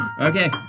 Okay